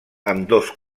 ambdós